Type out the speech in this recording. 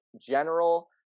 general